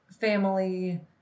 family